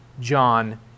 John